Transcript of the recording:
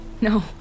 no